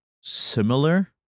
similar